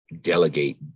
delegate